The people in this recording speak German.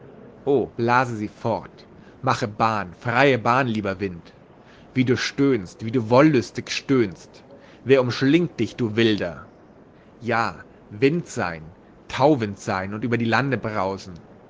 o blase sie fort mache bahn freie bahn lieber wind wie du stöhnst wie du wollüstig stöhnst wer umschlingt dich du wilder ja wind sein tauwind sein und über die lande brausen